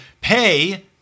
pay